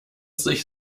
sich